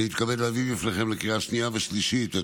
אני מתכבד להביא בפניכם לקריאה שנייה ושלישית את